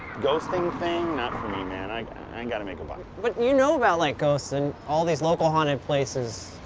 ghosting thing, not for me, man. i and gotta make a buck. but you know about like ghosts and all these local haunted places.